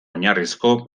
oinarrizko